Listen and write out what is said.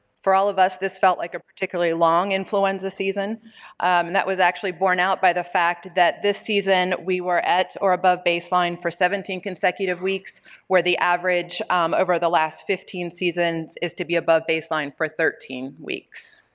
for all of us this felt like a particularly long influenza season and that was actually borne out by the fact that this season we were at or above baseline for seventeen consecutive weeks where the average over the last fifteen seasons is to be above baseline for thirteen weeks.